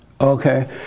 Okay